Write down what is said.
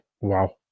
wow